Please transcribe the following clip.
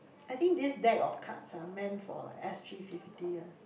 I think this deck of cards ah meant for like S_G fifty-one